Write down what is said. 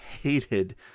hated